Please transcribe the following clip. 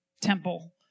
temple